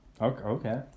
Okay